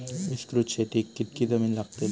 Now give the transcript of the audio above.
विस्तृत शेतीक कितकी जमीन लागतली?